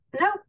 no